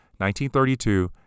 1932